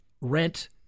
rent